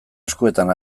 eskuetan